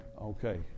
Okay